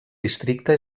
districte